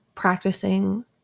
practicing